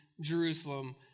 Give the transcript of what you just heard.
Jerusalem